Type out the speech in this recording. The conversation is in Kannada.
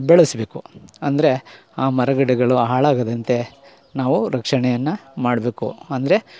ಬೆಳೆಸ್ಬೇಕು ಅಂದರೆ ಆ ಮರಗಿಡಗಳು ಹಾಳಾಗದಂತೆ ನಾವೂ ರಕ್ಷಣೆಯನ್ನು ಮಾಡಬೇಕು ಅಂದರೆ